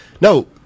No